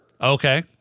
Okay